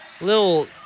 Little